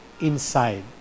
inside